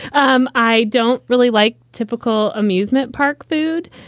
um i don't really like typical amusement park food,